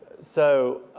so